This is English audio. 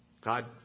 God